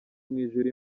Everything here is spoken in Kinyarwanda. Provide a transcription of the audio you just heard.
mwijuru